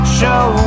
show